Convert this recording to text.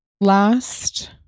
last